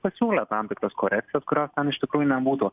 pasiūlė tam tikras korekcijas kurios ten iš tikrųjų nebūtų